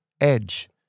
edge